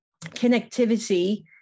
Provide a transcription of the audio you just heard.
connectivity